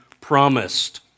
promised